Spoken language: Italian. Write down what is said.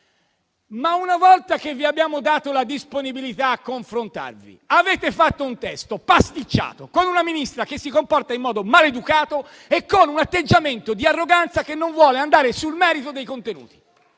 Una volta che vi abbiamo dato la disponibilità a confrontarvi, avete fatto un testo pasticciato, con una Ministra che si comporta in modo maleducato e con un atteggiamento di arroganza che non vuole andare nel merito dei contenuti.